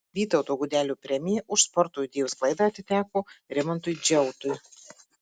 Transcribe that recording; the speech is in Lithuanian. vytauto gudelio premija už sporto idėjų sklaidą atiteko rimantui džiautui